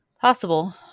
Possible